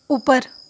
اوپر